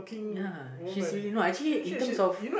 ya she's really no in terms of